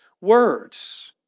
words